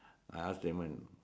I ask lament